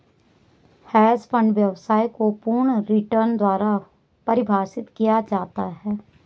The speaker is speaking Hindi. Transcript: हैंज फंड व्यवसाय को पूर्ण रिटर्न द्वारा परिभाषित किया जाता है